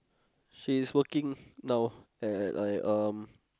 she's working now at like um